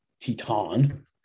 Teton